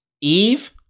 Eve